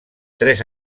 tres